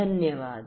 धन्यवाद